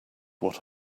what